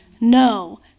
No